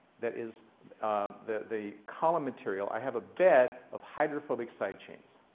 that is the the column material, i have a bed of hydrophobic side chains.